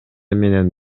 менен